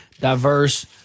diverse –